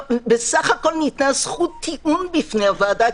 בסך הכול ניתנה זכות טיעון בפני הוועדה,